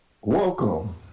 Welcome